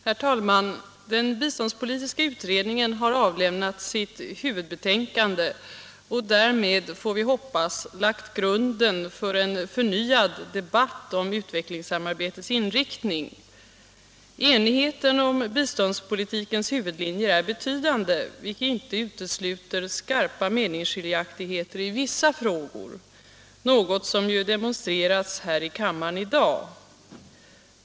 Herr talman! Den biståndspolitiska utredningen har avlämnat sitt huvudbetänkande och därmed, får vi hoppas, lagt grunden för en förnyad debatt om utvecklingssamarbetets inriktning. Enigheten om biståndspolitikens huvudlinjer är betydande, vilket inte utesluter skarpa meningsskiljaktigheter i vissa frågor — något som ju demonstrerats här i kammaren i dag.